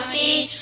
e